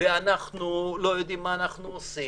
ואנחנו לא יודעים מה אנחנו עושים,